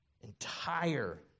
entire